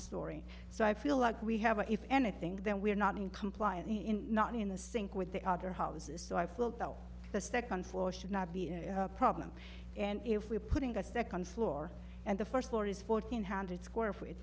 story so i feel like we have a if anything then we're not in compliance not in the sink with the other houses so i feel the second floor should not be a problem and if we're putting a second floor and the first floor is fourteen hundred square f